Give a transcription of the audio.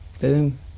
Boom